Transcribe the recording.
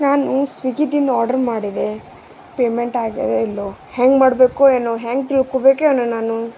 ನಾನು ಸ್ವಿಗ್ಗಿದಿಂದ ಆರ್ಡ್ರ್ ಮಾಡಿದೆ ಪೇಮೆಂಟ್ ಆಗ್ಯದೋ ಇಲ್ಲೋ ಹೇಗ್ ಮಾಡಬೇಕೊ ಏನೋ ಹೇಗ್ ತಿಳ್ಕೊಬೇಕೊ ಏನೋ ನಾನು